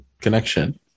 connection